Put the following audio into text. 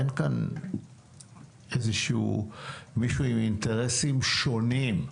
אין כאן איזשהו מישהו עם אינטרסים שונים,